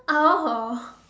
oh